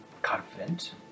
Confident